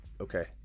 Okay